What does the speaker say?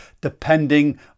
depending